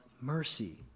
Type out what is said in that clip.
mercy